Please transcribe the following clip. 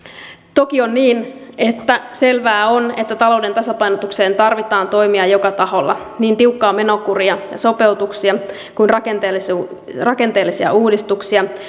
toki on niin että selvää on että talouden tasapainotukseen tarvitaan toimia joka taholla niin tiukkaa menokuria ja sopeutuksia kuin rakenteellisia uudistuksia